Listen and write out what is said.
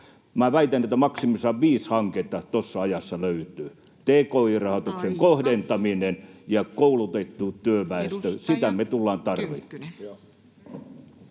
väitän, että maksimissaan viisi hanketta tuossa ajassa löytyy. Tki-rahoituksen [Puhemies: Aika!] kohdentaminen ja koulutettu työväestö, sitä me tullaan tarvitsemaan.